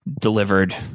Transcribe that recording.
delivered